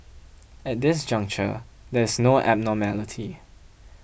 at this juncture there is no abnormality